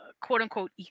quote-unquote